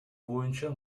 боюнча